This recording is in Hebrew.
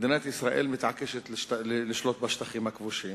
מדינת ישראל מתעקשת לשלוט בשטחים הכבושים,